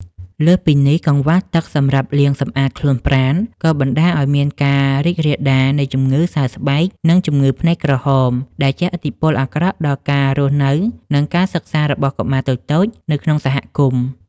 លើសពីនេះ កង្វះទឹកសម្រាប់លាងសម្អាតខ្លួនប្រាណ ក៏បណ្ដាលឱ្យមានការរីករាលដាលនៃជំងឺសើស្បែក និងជំងឺភ្នែកក្រហម ដែលជះឥទ្ធិពលអាក្រក់ដល់ការរស់នៅ និងការសិក្សារបស់កុមារតូចៗនៅក្នុងសហគមន៍។